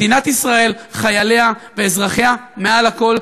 מדינת ישראל, חייליה ואזרחיה, מעל הכול.